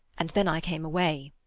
and then i came away.